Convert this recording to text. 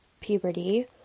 puberty